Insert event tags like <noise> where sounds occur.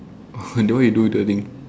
<noise> then what you do with the thing